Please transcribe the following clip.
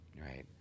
right